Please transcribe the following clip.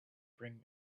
bring